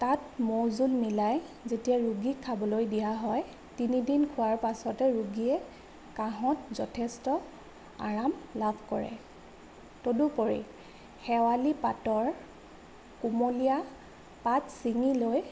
তাত মৌ জোল মিলাই যেতিয়া ৰোগীক খাবলৈ দিয়া হয় তিনিদিন খোৱাৰ পাছতে ৰোগীয়ে কাহত যথেষ্ট আৰাম লাভ কৰে তদুপৰি শেৱালী পাতৰ কুমলীয়া পাত চিঙি লৈ